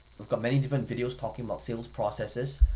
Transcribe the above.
we've got many different videos talking about sales processes.